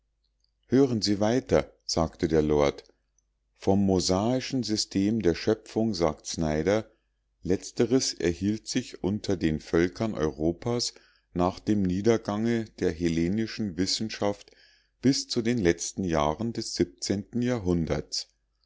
hören sie weiter sagte der lord vom mosaischen system der schöpfung sagt snyder letzteres erhielt sich unter den völkern europas nach dem niedergange der hellenischen wissenschaft bis zu den letzten jahren des jahrhunderts